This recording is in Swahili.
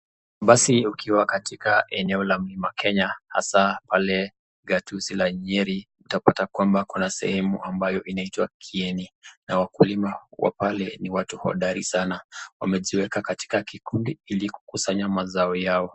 basi ukiwa katika eneo la bima Kenya, hasa wale gatuzi Nyeri, utapata kwamba kuna sehemu inaitwa kieri wakulima pale ni watu hodari sana wamejiweka katika kikundi ili kukusanya mazao yao.